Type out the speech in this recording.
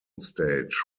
stage